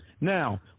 Now